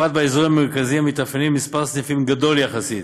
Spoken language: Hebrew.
בפרט באזורים מרכזיים המתאפיינים במספר סניפים גדול יחסית.